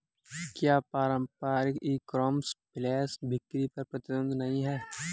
क्या पारंपरिक e commerce flash बिक्री पर प्रतिबंध नहीं है?